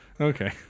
Okay